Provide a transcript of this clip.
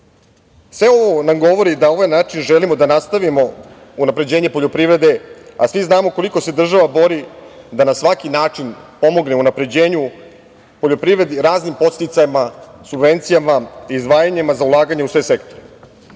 ovo nam govori da na ovaj način želimo da nastavimo unapređenje poljoprivrede, a svi znamo koliko se država bori da na svaki način pomogne unapređenju poljoprivrede raznim podsticajima, subvencijama i izdvajanjima za ulaganje u sve sektore. Dolazim